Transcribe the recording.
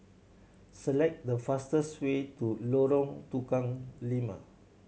select the fastest way to Lorong Tukang Lima